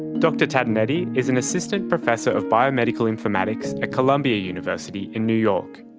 dr tatonetti is an assistant professor of biomedical informatics at columbia university in new york.